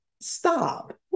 Stop